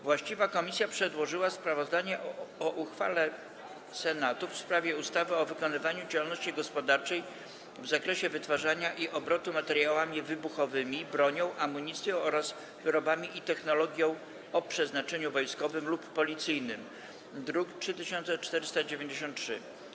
Właściwa komisja przedłożyła sprawozdanie o uchwale Senatu w sprawie ustawy o wykonywaniu działalności gospodarczej w zakresie wytwarzania i obrotu materiałami wybuchowymi, bronią, amunicją oraz wyrobami i technologią o przeznaczeniu wojskowym lub policyjnym, druk nr 3493.